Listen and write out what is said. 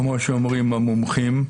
כמו שאומרים המומחים,